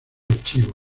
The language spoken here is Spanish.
archivo